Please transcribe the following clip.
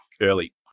Early